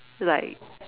like